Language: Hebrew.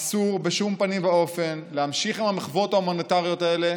אסור בשום פנים ואופן להמשיך עם המחוות ההומניטריות האלה